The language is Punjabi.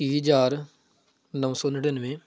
ਤੀਹ ਹਜ਼ਾਰ ਨੌ ਸੌ ਨੜਿਨਵੇਂ